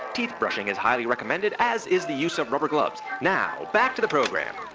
teeth brushing is highly recommended, as is the use of rubber gloves. now back to the program.